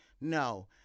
No